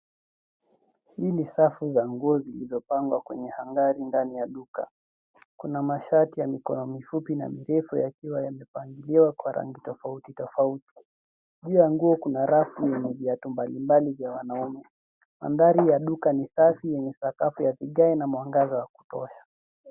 Hii ni safu za nguo zilizopangwa kwenye hangari ndani ya duka kuna mashati ya mikono mifupi na mirefu yakiwa yamepangiliwa kwa rangi tofauti tofauti juu ya nguo kuna rafu yenye viatu mbali mbali vya wanaume mandhari ya duka ni safi yenye sakafu ya vigae na mwangaza wa kutosha